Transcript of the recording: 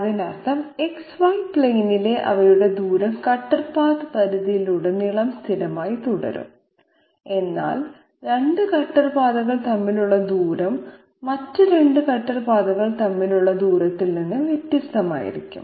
അതിനർത്ഥം X Y പ്ലെയിനിലെ അവയുടെ ദൂരം കട്ടർ പാത്ത് പരിധിയിലുടനീളം സ്ഥിരമായി തുടരും എന്നാൽ 2 കട്ടർ പാതകൾ തമ്മിലുള്ള ദൂരം മറ്റ് 2 കട്ടർ പാതകൾ തമ്മിലുള്ള ദൂരത്തിൽ നിന്ന് വ്യത്യസ്തമായിരിക്കും